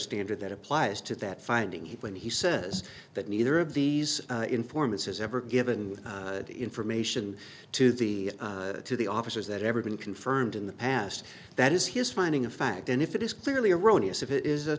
standard that applies to that finding when he says that neither of these informants has ever given information to the to the officers that ever been confirmed in the past that is his finding of fact and if it is clearly erroneous if it is a